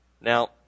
Now